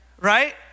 right